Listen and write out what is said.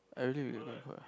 I really regret